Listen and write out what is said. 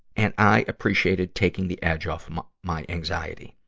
and i appreciated taking the edge off my my anxiety.